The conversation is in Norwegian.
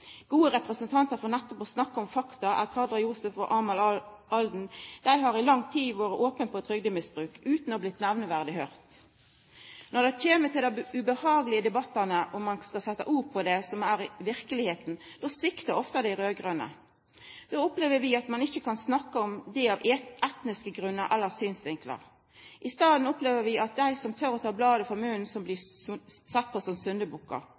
Gode representantar for nettopp å snakka om fakta er Kadra Yusuf og Amal Aden. Dei har i lang tid vore opne om trygdemisbruk, utan å ha blitt nemneverdig høyrde. Når det kjem til dei ubehagelege debattane og ein skal setja ord på det som er verkelegheita, sviktar ofte dei raud-grøne. Då opplever vi at ein ikkje kan snakka om det ut frå etniske grunnar eller synsvinklar. I staden opplever vi at dei som tør å ta bladet frå munnen, blir sedde på som